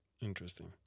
Interesting